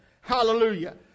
Hallelujah